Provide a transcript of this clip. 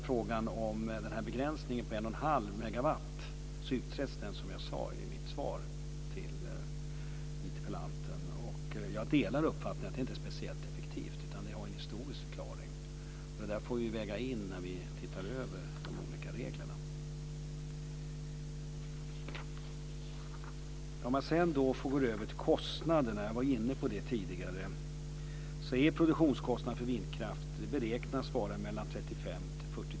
Frågan om begränsningen på 1 1⁄2 megawatt utreds, som jag sade i mitt svar till interpellanten. Jag delar uppfattningen att detta inte är speciellt effektivt, men det har en historisk förklaring. Detta får vi väga in när vi tittar över de olika reglerna.